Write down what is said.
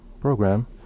program